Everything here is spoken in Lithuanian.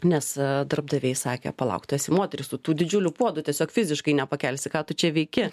nes darbdaviai sakė palauk tu esi moteris tu tų didžiulių puodų tiesiog fiziškai nepakelsi ką tu čia veiki